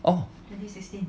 orh